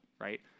right